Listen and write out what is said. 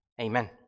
Amen